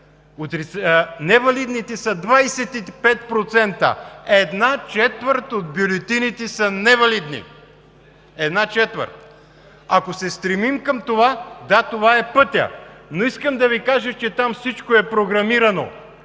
невалидните са 25% – една четвърт от бюлетините са невалидни. Една четвърт! Ако се стремим към това – да, това е пътят. Искам да Ви кажа, че там всичко е програмирано.